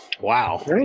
Wow